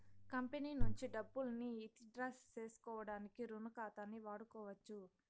company నుంచి డబ్బుల్ని withdraw సేసుకోడానికి రుణ ఖాతాని వాడుకోవచ్చు